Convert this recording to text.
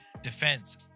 defense